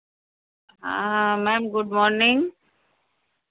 हाँ ma'am good morning